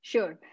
Sure